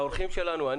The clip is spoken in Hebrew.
האורחים שלנו,